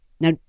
Now